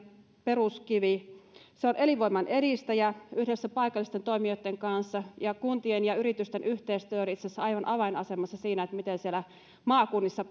peruskivi se on elinvoiman edistäjä yhdessä paikallisten toimijoitten kanssa ja kuntien ja yritysten yhteistyö on itse asiassa aivan avainasemassa siinä miten siellä maakunnissa